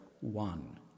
one